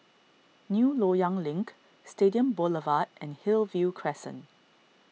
New Loyang Link Stadium Boulevard and Hillview Crescent